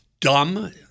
dumb